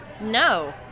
No